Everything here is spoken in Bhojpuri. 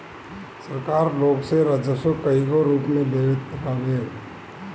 सरकार लोग से राजस्व कईगो रूप में लेत हवे